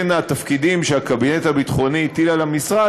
בין התפקידים שהקבינט הביטחוני הטיל על המשרד,